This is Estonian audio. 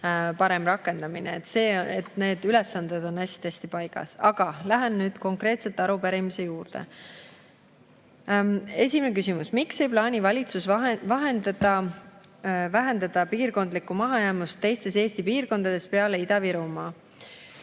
parem rakendamine. Need ülesanded on hästi paigas. Aga lähen nüüd konkreetselt arupärimise juurde. Esimene küsimus: "Miks ei plaani valitsus vähendada piirkondlikku mahajäämust teistes [E]esti piirkondades peale Ida-Virumaa?"